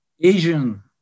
Asian